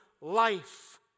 life